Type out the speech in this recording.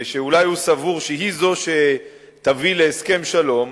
ואולי הוא סבור שהיא זו שתביא להסכם שלום,